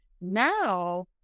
Now